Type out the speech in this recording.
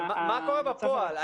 מה קורה בפועל?